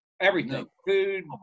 everything—food